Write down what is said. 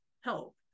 help